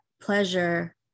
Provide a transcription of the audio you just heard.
pleasure